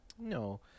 No